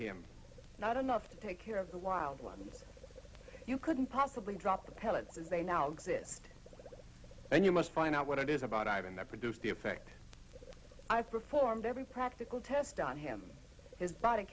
him not enough to take care of the wildlife you couldn't possibly drop the pellets as they now exist and you must find out what it is about ivan that produced the effect i performed every practical test on him his body